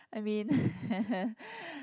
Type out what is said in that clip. I mean